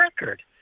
record